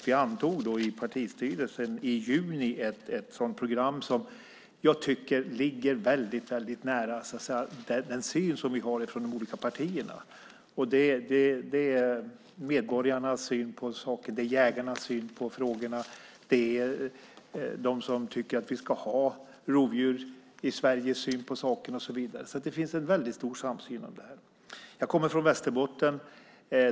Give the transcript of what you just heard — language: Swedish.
Vi antog i partistyrelsen i juni ett program som ligger mycket nära den syn vi har i de olika partierna och också medborgarnas, jägarnas och rovdjursförespråkarnas syn på saken. Det finns en stor samsyn i detta. Jag kommer från Västerbotten.